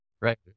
right